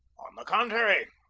on the contrary,